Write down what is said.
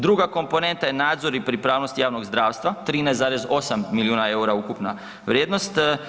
Druga komponenta je nadzor i pripravnost javnog zdravstva 13,8 milijuna eura ukupna vrijednost.